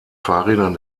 fahrrädern